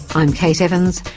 i'm kate evans,